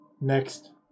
next